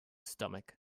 stomach